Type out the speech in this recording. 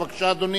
בבקשה, אדוני.